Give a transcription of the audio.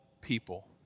people